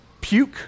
puke